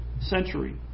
century